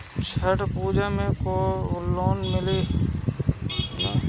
छठ पूजा मे लोन मिली की ना?